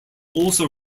also